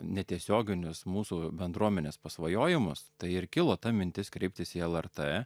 netiesioginius mūsų bendruomenės pasvajojimus tai ir kilo ta mintis kreiptis į lrt